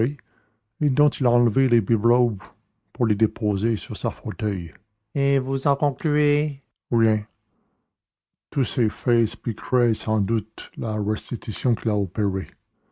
dont il a enlevé les bibelots pour les déposer sur ce fauteuil et vous en concluez rien tous ces faits expliqueraient sans aucun doute la restitution qu'il a opérée